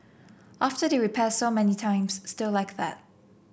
after they repair so many times still like that